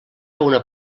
una